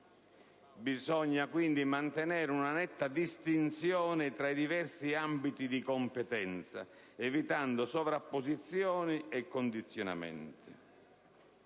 Bisogna quindi mantenere una netta distinzione tra i diversi ambiti di competenza, evitando sovrapposizioni e condizionamenti.